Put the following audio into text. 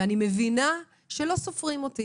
ואני מבינה שלא סופרים אותי